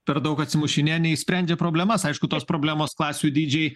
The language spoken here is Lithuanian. per daug atsimušinėja nei sprendžia problemas aišku tos problemos klasių dydžiai